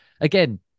again